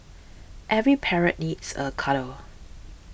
every parrot needs a cuddle